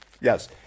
Yes